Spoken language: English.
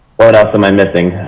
what else am i missing?